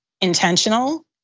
intentional